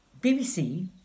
BBC